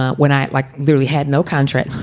ah when i like really had no contract,